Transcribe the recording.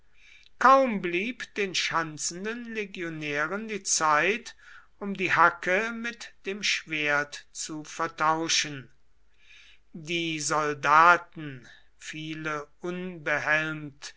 kaum blieb den schanzenden legionären die zeit um die hacke mit dem schwert zu vertauschen die soldaten viele unbehelmt